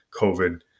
COVID